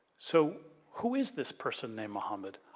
so, who is this person named mohammed?